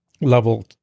level